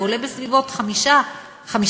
הוא עולה בסביבות 5 שקלים,